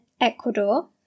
Ecuador